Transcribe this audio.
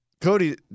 Cody